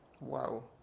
wow